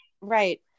Right